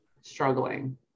struggling